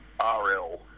RL